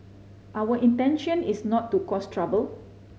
our intention is not to cause trouble